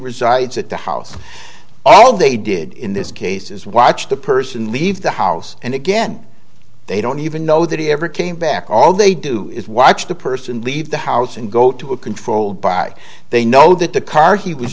resides at the house all they did in this case is watch the person leave the house and again they don't even know that he ever came back all they do is watch the person leave the house and go to a controlled by they know that the car he was